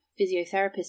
physiotherapist